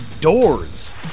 doors